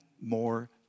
more